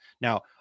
Now